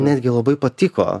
netgi labai patiko